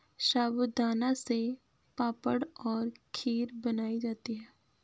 साबूदाना से पापड़ और खीर बनाई जाती है